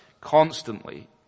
constantly